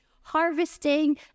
harvesting